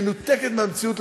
מנותקת מהמציאות,